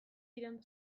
iraun